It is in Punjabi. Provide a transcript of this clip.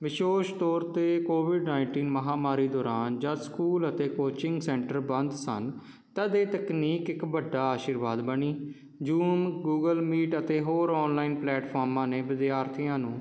ਵਿਸ਼ੇਸ਼ ਤੌਰ 'ਤੇ ਕੋਵਿਡ ਨਾਈਨਟੀਨ ਮਹਾਂਮਾਰੀ ਦੌਰਾਨ ਜਾਂ ਸਕੂਲ ਅਤੇ ਕੋਚਿੰਗ ਸੈਂਟਰ ਬੰਦ ਸਨ ਤੱਦ ਇਹ ਤਕਨੀਕ ਇੱਕ ਵੱਡਾ ਆਸ਼ੀਰਵਾਦ ਬਣੀ ਜੂਮ ਗੂਗਲ ਮੀਟ ਅਤੇ ਹੋਰ ਆਨਲਾਈਨ ਪਲੈਟਫਾਰਮਾਂ ਨੇ ਵਿਦਿਆਰਥੀ ਨੂੰ